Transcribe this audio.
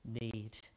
need